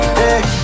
hey